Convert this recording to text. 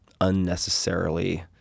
unnecessarily